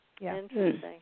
Interesting